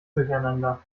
durcheinander